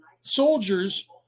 soldiers